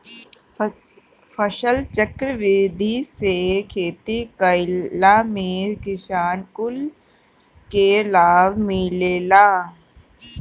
फसलचक्र विधि से खेती कईला में किसान कुल के लाभ मिलेला